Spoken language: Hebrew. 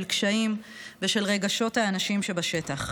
של קשיים ושל רגשות האנשים שבשטח.